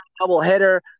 doubleheader